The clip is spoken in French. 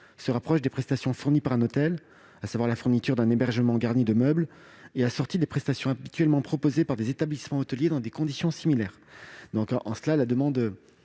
se rapprochent des prestations fournies par un hôtel : la fourniture d'un hébergement garni de meubles et assorti des prestations habituellement proposées par des établissements hôteliers dans des conditions similaires. Cet amendement